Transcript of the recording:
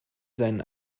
seinen